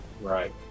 Right